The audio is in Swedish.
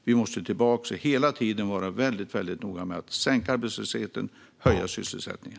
Vi måste hela tiden vara mycket noga med att sänka arbetslösheten och höja sysselsättningen.